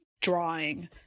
drawing